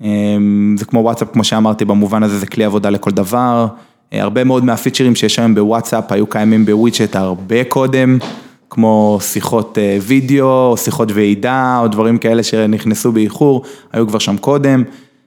זה כמו וואטסאפ כמו שאמרתי במובן הזה זה כלי עבודה לכל דבר. הרבה מאוד מהפיצ'רים שיש היום בוואטסאפ היו קיימים בווידג'ט הרבה קודם, כמו שיחות וידאו או שיחות ועידה או דברים כאלה שנכנסו באיחור היו כבר שם קודם.